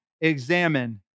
examine